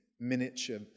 miniature